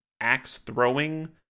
axe-throwing